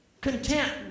Content